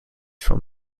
from